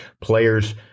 Players